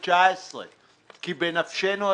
2019 כי בנפשנו הדבר.